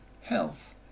health